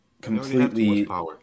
completely